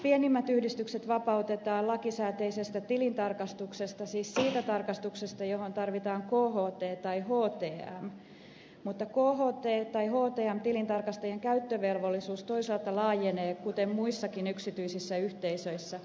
pienimmät yhdistykset vapautetaan lakisääteisestä tilintarkastuksesta siis siitä tarkastuksesta johon tarvitaan kht tai htm mutta kht tai htm tilintarkastajien käyttövelvollisuus toisaalta laajenee kuten muissakin yksityisissä yhteisöissä